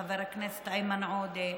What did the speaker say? חבר הכנסת איימן עודה,